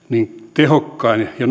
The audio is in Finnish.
tehokkaimmin ja